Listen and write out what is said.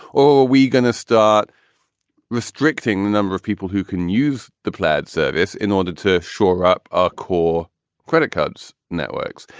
or are we going to start restricting the number of people who can use the plaids service in order to shore up a core credit cards, networks?